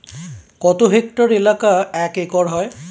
কত হেক্টর এলাকা এক একর হয়?